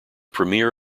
premier